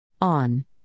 On